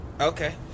Okay